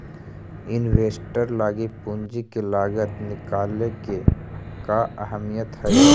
Investor लागी पूंजी के लागत निकाले के का अहमियत हई?